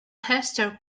hester